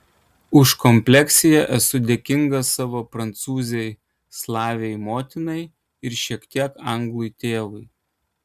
už kompleksiją esu dėkingas savo prancūzei slavei motinai ir šiek tiek anglui tėvui